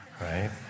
Right